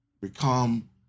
become